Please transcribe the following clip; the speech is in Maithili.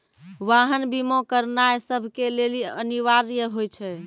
वाहन बीमा करानाय सभ के लेली अनिवार्य होय छै